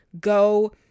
go